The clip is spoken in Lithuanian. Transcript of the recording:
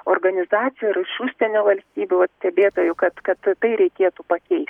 organizacijų ir iš užsienio valstybių vat stebėtojų kad kad tai reikėtų pakeisti